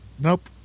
Nope